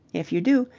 if you do,